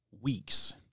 weeks